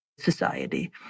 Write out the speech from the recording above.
society